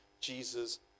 jesus